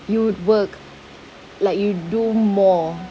you would work like you do more